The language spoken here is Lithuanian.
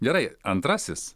gerai antrasis